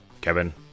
kevin